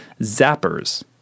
zappers